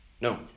No